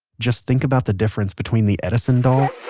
just think about the difference between the edison doll